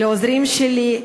ולעוזרים שלי.